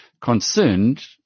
concerned